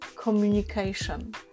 communication